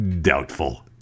doubtful